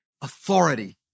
authority